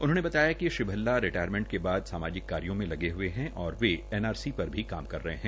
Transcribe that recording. उन्होंने बताया कि श्री भल्ला रिटायरमेंट के बाद सामाजिक कामों में लगे हये है और वे एनआरसी पर भी काम करे रहे है